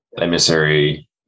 emissary